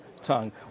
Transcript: tongue